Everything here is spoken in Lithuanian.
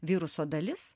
viruso dalis